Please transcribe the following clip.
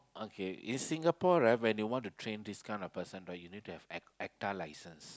okay in Singapore right when you want to train this kind of person right you need to have act A_C_T_A license